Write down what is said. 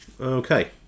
okay